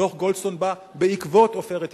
דוח-גולדסטון בא בעקבות "עופרת יצוקה".